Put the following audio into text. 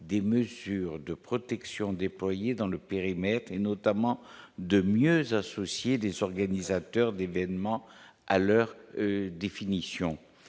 des mesures de protection déployées dans le périmètre et notamment de mieux associer des organisateurs d'événements à leur définition,